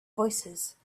voicesand